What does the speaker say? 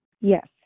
Yes